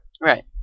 Right